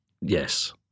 Yes